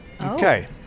Okay